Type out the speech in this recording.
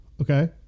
okay